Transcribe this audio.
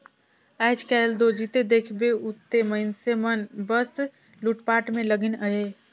आएज काएल दो जिते देखबे उते मइनसे मन बस लूटपाट में लगिन अहे